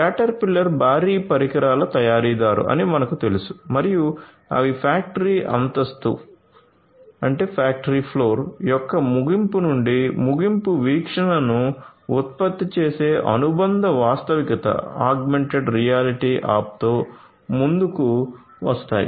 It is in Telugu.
కాటర్పిల్లర్ అప్ తో ముందుకు వచ్చాయి